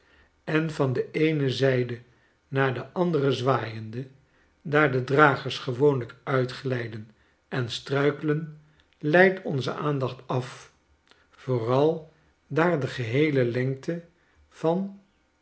en van de eene zijde naar de andere zwaaiende daar de dragers gewoonlijk uitglijden en struikelen leidt onze aandacht af vooral daar de geheele lengte van